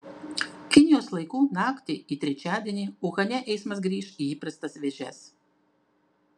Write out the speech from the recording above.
kinijos laiku naktį į trečiadienį uhane eismas grįš į įprastas vėžes